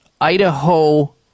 Idaho